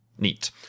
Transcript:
Neat